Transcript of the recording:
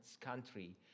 country